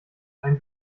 ein